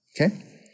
Okay